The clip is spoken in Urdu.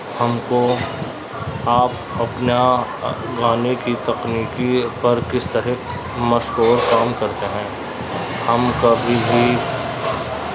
ہم کو آپ اپنا گانے کی تکنیکی پر کس طرح مشق اور کام کرتے ہیں ہم کبھی بھی